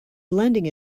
blending